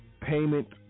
payment